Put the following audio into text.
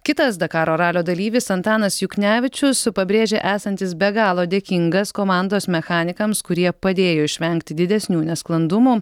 kitas dakaro ralio dalyvis antanas juknevičius pabrėžė esantis be galo dėkingas komandos mechanikams kurie padėjo išvengti didesnių nesklandumų